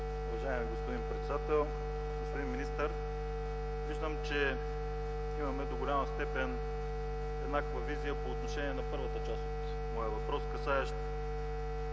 Уважаеми господин председател! Господин министър, виждам, че имаме до голяма степен еднаква визия по отношение на първата част от моя въпрос, касаещ